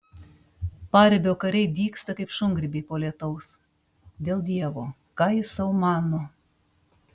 paribio kariai dygsta kaip šungrybiai po lietaus dėl dievo ką jis sau mano